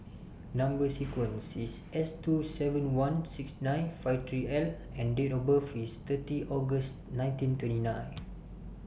Number sequence IS S two seven one nine six five three L and Date of birth IS thirty August nineteen twenty nine